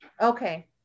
Okay